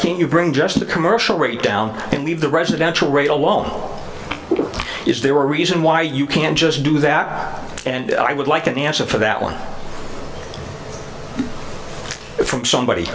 can't you bring just the commercial rate down and leave the residential rate alone is there reason why you can't just do that and i would like an answer for that one from somebody